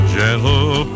gentle